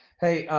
hey,